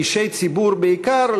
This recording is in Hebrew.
אישי ציבור בעיקר,